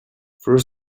through